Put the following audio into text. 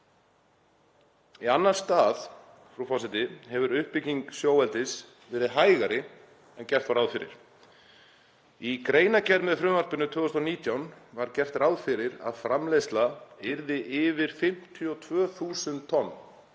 Í annan stað hefur uppbygging sjóeldis verið hægari en gert var ráð fyrir. Í greinargerð með frumvarpinu 2019 var gert ráð fyrir að framleiðsla yrði yfir 52.000 tonn,